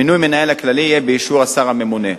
מינוי המנהל הכללי יהיה באישור השר הממונה.